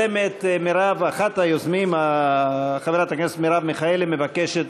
אחת היוזמים, חברת הכנסת מרב מיכאלי, מבקשת